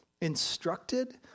instructed